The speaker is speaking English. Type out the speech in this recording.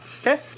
Okay